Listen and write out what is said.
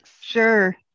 sure